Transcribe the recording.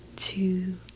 two